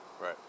right